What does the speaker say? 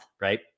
right